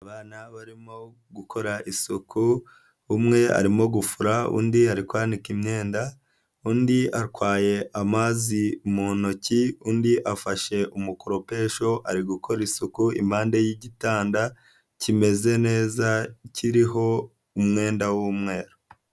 Abana barimo gukora isuku. Umwe arimo gufura, undi ari kwanika imyenda, undi atwaye amazi mu ntoki, undi afashe umukoropesho ari gukora isuku impande y'igitanda kimeze neza kiriho umwenda w'umweru.